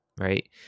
right